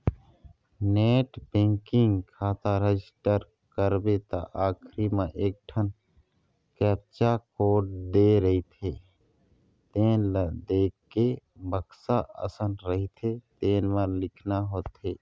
net banking खाता register करबे त आखरी म एकठन कैप्चा कोड दे रहिथे तेन ल देखके बक्सा असन रहिथे तेन म लिखना होथे